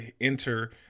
enter